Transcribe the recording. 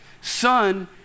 Son